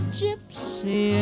gypsy